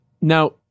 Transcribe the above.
Now